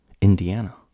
indiana